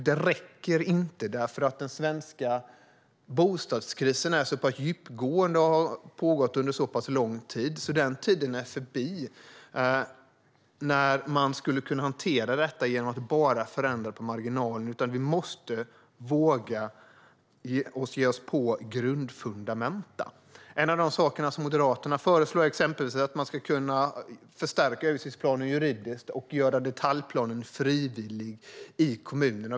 Det räcker inte, eftersom den svenska bostadskrisen är så pass djupgående och har pågått under så pass lång tid att den tiden är förbi när man skulle kunna hantera detta genom att bara förändra på marginalen. Vi måste våga ge oss på grundfundamenta. En av de saker som Moderaterna föreslår är exempelvis att man ska kunna förstärka översiktsplanen juridiskt och göra detaljplanen frivillig i kommunerna.